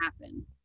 happen